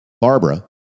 Barbara